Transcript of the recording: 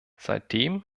seitdem